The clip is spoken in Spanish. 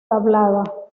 tablada